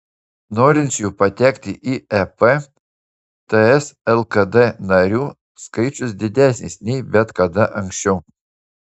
norinčiųjų patekti į ep ts lkd narių skaičius didesnis nei bet kada anksčiau